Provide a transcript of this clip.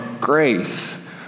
grace